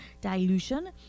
dilution